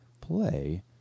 play